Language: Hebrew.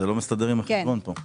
כן,